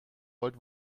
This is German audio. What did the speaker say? wollt